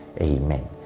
Amen